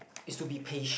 is to be patient